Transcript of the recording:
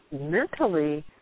mentally